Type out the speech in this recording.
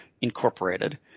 Incorporated